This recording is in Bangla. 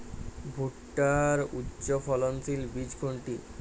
ভূট্টার উচ্চফলনশীল বীজ কোনটি?